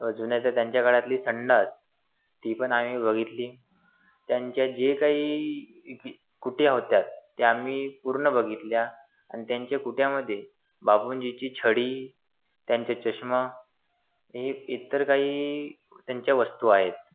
व जुन्या त्या त्यांच्या काळातली संडास ती पण आम्ही बघितली त्यांच्या जे काही कुट्या होत्या त्या आम्ही पूर्ण बघितल्या आणि त्यांच्या कुट्यांमध्ये बापुजींची छडी त्यांच्या चष्मा हे इतर काही त्यांच्या वस्तू आहेत